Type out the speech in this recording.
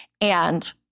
And-